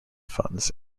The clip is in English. funds